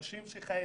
של אנשים שחייבים.